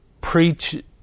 preach